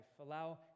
Allow